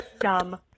dumb